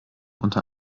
unter